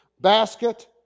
basket